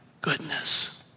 goodness